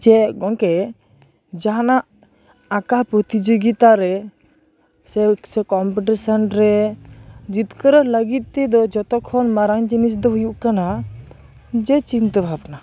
ᱡᱮ ᱜᱚᱢᱠᱮ ᱡᱟᱦᱟᱸ ᱱᱟᱜ ᱟᱸᱠᱟᱣ ᱯᱚᱛᱤ ᱡᱳᱜᱤᱛᱟ ᱨᱮ ᱥᱮ ᱠᱚᱢᱯᱤᱴᱤᱥᱮᱱ ᱨᱮ ᱡᱤᱛᱠᱟᱹᱨᱚᱜ ᱞᱟᱹᱜᱤᱫ ᱛᱮᱫᱚ ᱡᱚᱛᱚ ᱠᱷᱚᱱ ᱢᱟᱨᱟᱝ ᱡᱤᱱᱤ ᱫᱚ ᱦᱩᱭᱩᱜ ᱠᱟᱱᱟ ᱡᱮ ᱪᱤᱱᱛᱟᱹ ᱵᱷᱟᱵᱱᱟ